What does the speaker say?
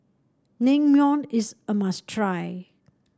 Naengmyeon is a must try